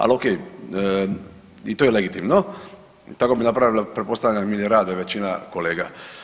Ali okej, i to je legitimno, tako bi napravilo, pretpostavljam ili rade, većina kolega.